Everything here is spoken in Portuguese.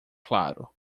claro